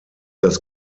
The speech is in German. das